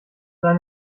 dann